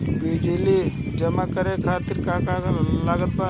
बिजली बिल जमा करे खातिर का का लागत बा?